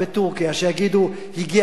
שיגידו: הגיע הזמן,